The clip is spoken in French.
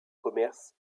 commerce